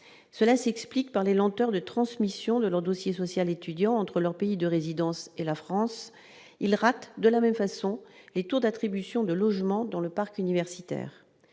cela s'explique par les lenteurs de transmission de leur dossier social étudiant entre leur pays de résidence et la France, il rate de la même façon, les tours d'attribution de logements dans le parc universitaire,